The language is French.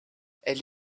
elle